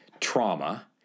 trauma